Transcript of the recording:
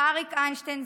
אריק איינשטיין,